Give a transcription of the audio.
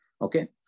Okay